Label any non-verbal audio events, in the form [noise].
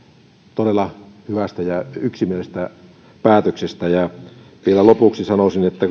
todella hyvästä ja yksimielisestä päätöksestä vielä lopuksi sanoisin että [unintelligible]